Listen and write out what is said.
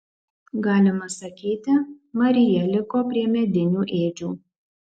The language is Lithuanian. galima sakyti marija liko prie medinių ėdžių